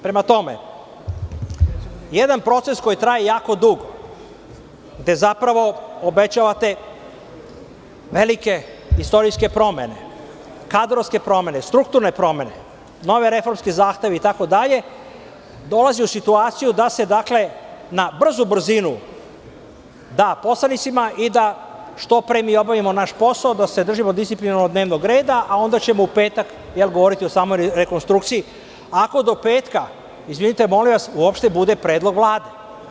Prema tome, jedan proces koji traje jako dugo, gde zapravo obećavate velike istorijske promene, kadrovske promene, strukturne promene, nove reformske zahteve itd, dolazi u situaciju da se na brzu brzinu da poslanicima i da što pre mi obavimo naš posao, da se držimo disciplinovano dnevnog reda, a onda ćemo u petak govoriti o samoj rekonstrukciji, ako do petka, izvinite molim vas, uopšte bude predlog Vlade.